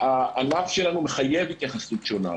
הענף שלנו מחייב התייחסות שונה,